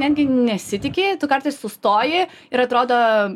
netgi nesitiki tu kartais sustoji ir atrodo